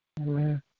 Amen